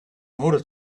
order